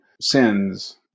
sins